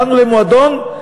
באנו למועדון,